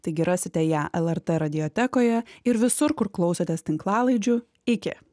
taigi rasite ją lrt radiotekoje ir visur kur klausotės tinklalaidžių iki